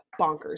bonkers